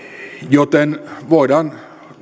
joten voidaan